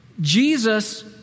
Jesus